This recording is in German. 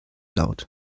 laut